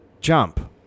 jump